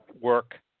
work